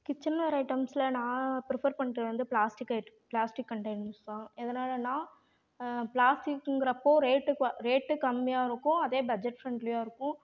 கிச்சனில் வர்ற ஐட்டம்ஸில் நான் பிரிஃபர் பண்ணுறது வந்து பிளாஸ்டிக் பிளாஸ்டிக் கன்டைனர்ஸ் தான் எதனாலன்னா பிளாஸ்டிக்குங்கிறப்போ ரேட்டு ரேட்டு கம்மியாயிருக்கும் அதே பட்ஜெட் ஃப்ரெண்ட்லியாக இருக்கும்